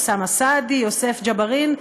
אוסאמה סעדי,